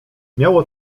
miało